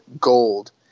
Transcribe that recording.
gold